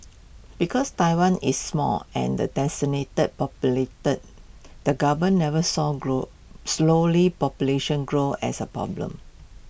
because Taiwan is small and densely the govern never saw grow slowing population growth as A problem